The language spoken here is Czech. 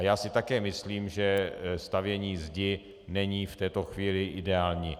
Já si také myslím, že stavění zdi není v této chvíli ideální.